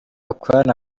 bakorana